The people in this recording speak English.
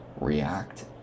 react